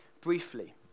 Briefly